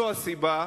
זו הסיבה,